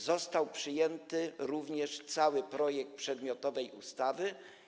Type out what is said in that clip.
Został przyjęty również cały projekt przedmiotowej ustawy.